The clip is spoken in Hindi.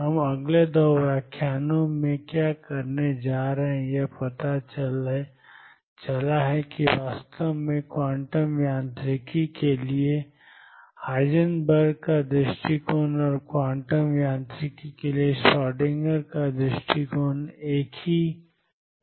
हम अगले 2 व्याख्यानों में क्या करने जा रहे हैं यह पता चला है कि वास्तव में क्वांटम यांत्रिकी के लिए हाइजेनबर्ग का दृष्टिकोण और क्वांटम यांत्रिकी के लिए श्रोडिंगर का दृष्टिकोण एक ही बात है